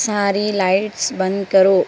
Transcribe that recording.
ساری لائٹس بند کرو